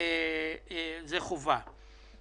זה חובה.